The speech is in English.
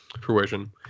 fruition